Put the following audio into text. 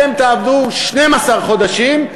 אתם תעבדו 12 חודשים,